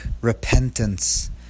repentance